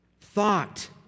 thought